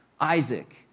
Isaac